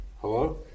Hello